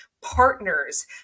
partners